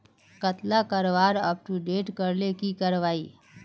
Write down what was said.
कतला लगवार अपटूडेट करले की करवा ई?